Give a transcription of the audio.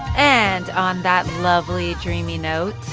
and on that lovely, dreamy note,